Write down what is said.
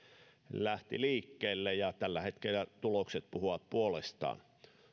lähti siitä liikkeelle ja tällä hetkellä tulokset puhuvat puolestaan